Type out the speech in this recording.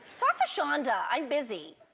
talk to shanda. i'm busy.